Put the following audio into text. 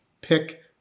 pick